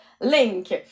link